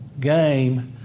game